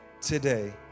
today